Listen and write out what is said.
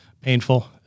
painful